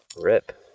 RIP